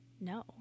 No